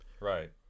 right